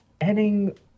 adding